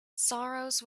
sorrows